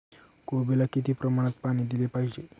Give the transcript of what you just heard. कोबीला किती प्रमाणात पाणी दिले पाहिजे?